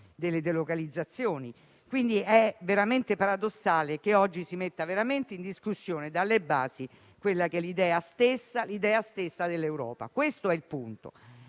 delle delocalizzazioni). È veramente paradossale che oggi si metta in discussione, dalle basi, l'idea stessa dell'Europa. Questo è il punto.